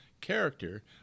character